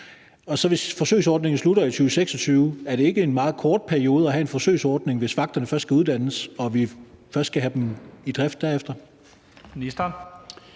Og hvis forsøgsordningen slutter i 2026, er det så ikke en meget kort periode at have en forsøgsordning, hvis vagterne først skal uddannes og vi først skal have dem i drift derefter?